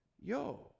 yo